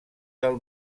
del